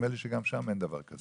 נדמה לי שגם שם אין דבר כזה.